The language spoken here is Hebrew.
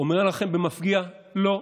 אני אומר לכם במפגיע :לא,